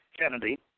Kennedy